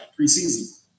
preseason